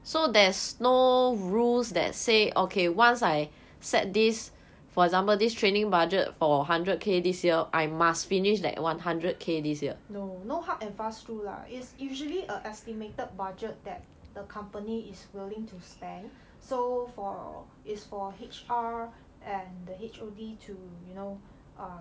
no no hard and fast rule lah is usually a estimated budget that the company is willing to spend so for is for H_R and the H_O_D to you know um